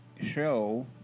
show